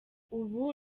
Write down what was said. ubu